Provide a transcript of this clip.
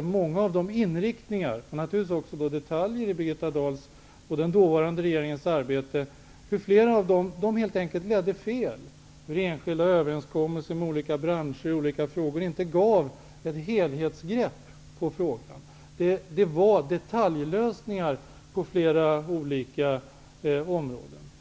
många inriktningar och naturligtvis också detaljer i Birgitta Dahls och den dåvarande regeringens arbete helt enkelt ledde fel. Enskilda överenskommelser med olika branscher i olika frågor gav inte något helhetsgrepp på frågan. Det var detaljlösningar på flera olika områden.